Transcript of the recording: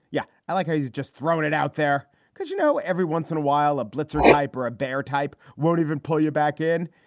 yeah, i like how he's just throwing it out there because, you know, every once in a while a blitzer type or a bear type won't even pull you back in.